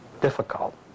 difficult